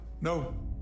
no